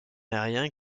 aérien